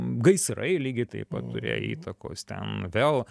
gaisrai lygiai taip pat turėjo įtakos ten vėl